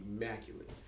immaculate